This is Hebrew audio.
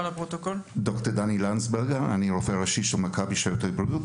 אני רופא ראשי של מכבי שירותי בריאות,